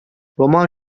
roman